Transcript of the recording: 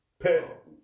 Pet